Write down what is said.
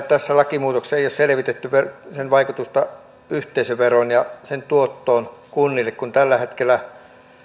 tässä lakimuutoksessa ei ole selvitetty yhteisöveron vaikutusta kuntien verotuloon ja tuottoon kunnille kun tällä hetkellä